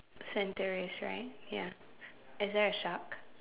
centre is right ya is there a shark